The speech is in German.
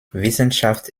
wissenschaft